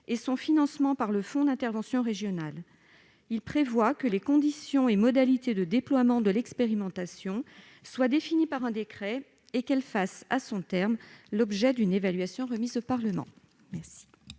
et son financement par le fonds d'intervention régional. Il tend à prévoir que les conditions et modalités de déploiement de l'expérimentation soient définies par un décret, et que celle-ci fasse, à son terme, l'objet d'une évaluation remise au Parlement.